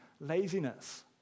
laziness